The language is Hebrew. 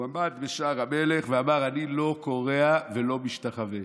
הוא עמד בשער המלך ואמר: אני לא כורע ולא משתחווה.